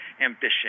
ambition